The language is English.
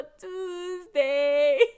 Tuesday